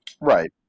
Right